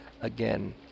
again